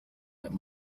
that